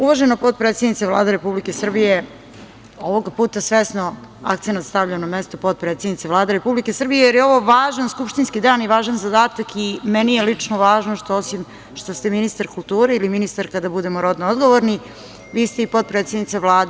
Uvažena potpredsednice Vlade Republike Srbije, ovoga puta svesno akcenat stavljam na mesto potpredsednice Vlade Republike Srbije jer je ovo važan skupštinski dan i važan zadatak i meni je lično važno što ste ministar kulture ili ministarka, da budemo rodno odgovorni, vi ste i potpredsednica Vlade.